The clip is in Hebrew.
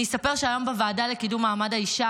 אני אספר שהיום בוועדה לקידום מעמד האישה